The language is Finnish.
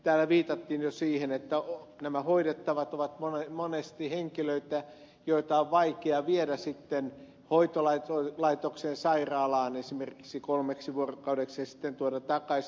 täällä viitattiin jo siihen että nämä hoidettavat ovat monesti henkilöitä joita on vaikea viedä hoitolaitokseen esimerkiksi sairaalaan kolmeksi vuorokaudeksi ja sitten tuoda takaisin